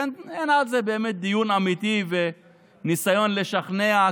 ואין על זה באמת דיון אמיתי וניסיון לשכנע,